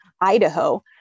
Idaho